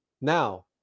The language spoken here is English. Now